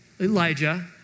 Elijah